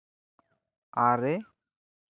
ᱟᱨᱮ